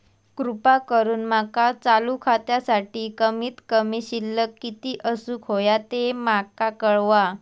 कृपा करून माका चालू खात्यासाठी कमित कमी शिल्लक किती असूक होया ते माका कळवा